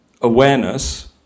awareness